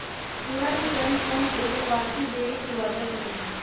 पूरा return fund एगो वापसी देवे के वादा करो हइ